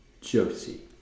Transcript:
Josie